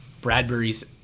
Bradbury's